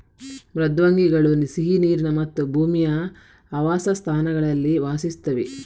ಮೃದ್ವಂಗಿಗಳು ಸಿಹಿ ನೀರಿನ ಮತ್ತು ಭೂಮಿಯ ಆವಾಸಸ್ಥಾನಗಳಲ್ಲಿ ವಾಸಿಸುತ್ತವೆ